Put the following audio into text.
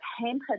hampered